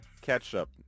ketchup